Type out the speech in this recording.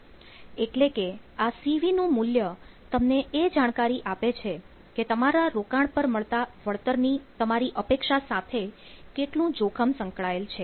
એટલે કે આ CV નું મૂલ્ય તમને એ જાણકારી આપે છે કે તમારા રોકાણ પર મળતા વળતરની તમારી અપેક્ષા સાથે કેટલું જોખમ સંકળાયેલ છે